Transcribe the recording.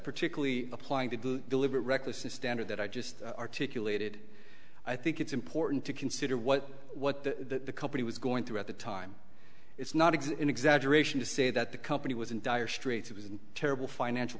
particularly applying to deliberate recklessness standard that i just articulated i think it's important to consider what what the company was going through at the time it's not exist an exaggeration to say that the company was in dire straits it was in terrible financial